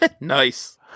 Nice